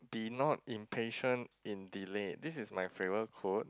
be not impatient in delay this is my favorite quote